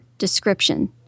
Description